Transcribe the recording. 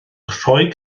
rhoi